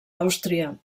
àustria